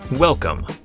Welcome